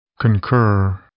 Concur